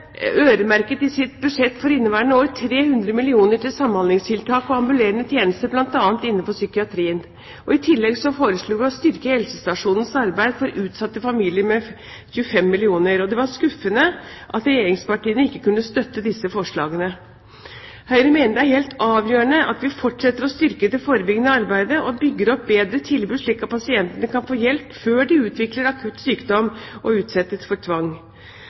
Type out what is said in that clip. øremerket i sitt budsjett for inneværende år 300 mill. kr til samhandlingstiltak og ambulerende tjenester, bl.a. innenfor psykiatrien. I tillegg foreslo vi å styrke helsestasjonenes arbeid for utsatte familier med 25 mill. kr. Det var skuffende at regjeringspartiene ikke kunne støtte disse forslagene. Høyre mener det er helt avgjørende at vi fortsetter å styrke det forebyggende arbeidet og bygger opp bedre tilbud, slik at pasientene kan få hjelp før de utvikler akutt sykdom og utsettes for tvang.